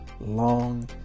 long